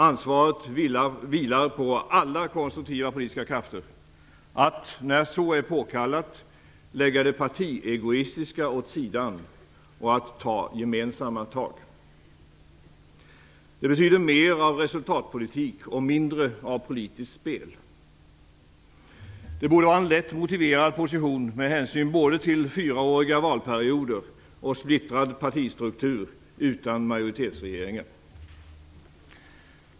Ansvaret vilar på alla konstruktiva politiska krafter att när så är påkallat lägga det partiegoistiska åt sidan och ta gemensamma tag. Det betyder mer av resultatpolitik och mindre av politiskt spel. Det borde vara en lättmotiverad position med hänsyn till både fyraåriga valperioder och splittrad partistruktur utan majoritetsregeringar.